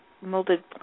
Molded